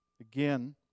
Again